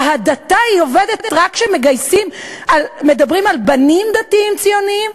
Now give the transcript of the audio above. ההדתה עובדת רק כשמדברים על בנים דתיים-ציונים?